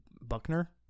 buckner